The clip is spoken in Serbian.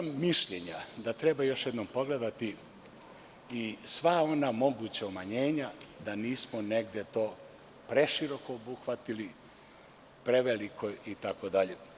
Mišljenja sam da treba još jednom pogledati i sva ona moguća umanjenja, da nismo negde to preširoko obuhvatili, preveliko itd.